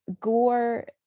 Gore